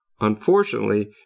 unfortunately